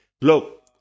look